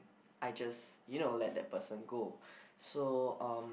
I just you know let that person go so um